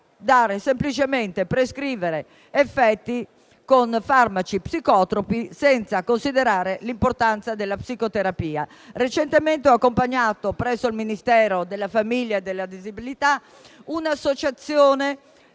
semplicemente a prescrivere farmaci con effetti psicotropi senza considerare l'importanza della psicoterapia. Recentemente ho accompagnato presso il Ministro per la famiglia e le disabilità un'associazione